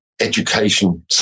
Education